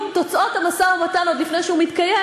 תוצאות המשא-ומתן עוד לפני שהוא מתקיים,